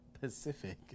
Pacific